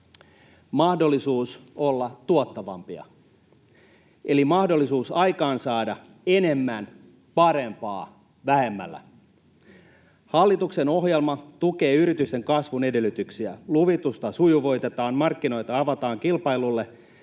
mahdollisuus olla tuottavampia, eli mahdollisuus aikaansaada enemmän, parempaa, vähemmällä. Hallituksen ohjelma tukee yritysten kasvun edellytyksiä: Luvitusta sujuvoitetaan, markkinoita avataan kilpailulle